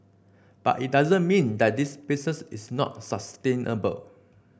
but it doesn't mean that this is not sustainable